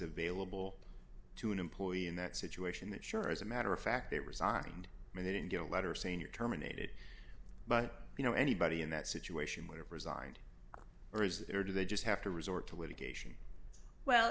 available to an employee in that situation that sure is a matter of fact they resigned and they didn't get a letter saying you're terminated but you know anybody in that situation would have resigned or is it or do they just have to resort to litigation well